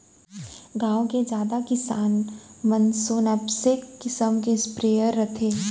गॉँव के जादा किसान मन सो नैपसेक किसम के स्पेयर रथे